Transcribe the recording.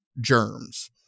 germs